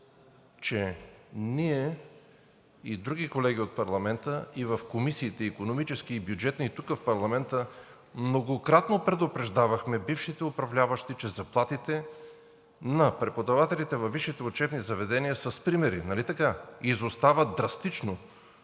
че ние и други колеги от парламента, и в комисиите – Икономическа и Бюджетна, и тук, в парламента, многократно предупреждавахме бившите управляващи, че заплатите на преподавателите във висшите учебни заведения, с примери – нали така, изостават драстично